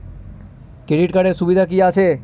Credit কার্ডের সুবিধা কি আছে?